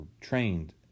trained